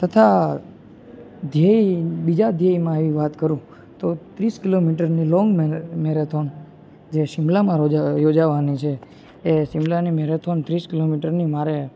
તથા ધ્યેય બીજા ધ્યેયમાં એવી વાત કરું તો ત્રીસ કિલોમીટરની લોન મેં મેરેથોન જે શિમલામાં યોજાવાની છે એ શિમલાની મેરેથોન ત્રીસ કિલોમીટરની મારે